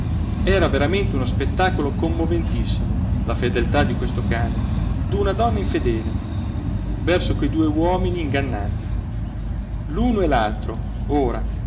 era veramente uno spettacolo commoventissimo la fedeltà di questo cane d'una donna infedele verso quei due uomini ingannati l'uno e l'altro ora